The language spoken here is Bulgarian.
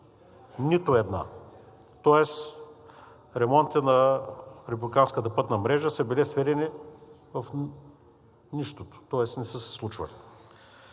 Нито една! Тоест ремонтите на републиканската пътна мрежа са били сведени в нищото, тоест не са се случвали.